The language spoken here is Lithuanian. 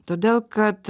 todėl kad